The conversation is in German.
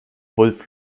wulff